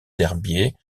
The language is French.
herbiers